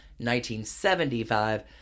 1975